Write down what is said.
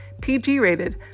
PG-rated